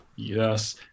Yes